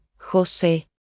José